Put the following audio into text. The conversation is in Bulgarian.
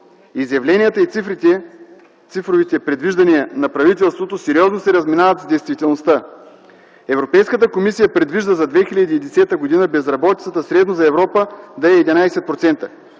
Изявленията и цифровите предвиждания на правителството сериозно се разминават с действителността. Европейската комисия предвижда за 2010 г. безработицата средно за Европа да е 11%,